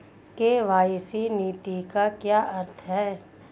KYC नीति का क्या अर्थ है?